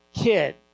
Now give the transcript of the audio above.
kid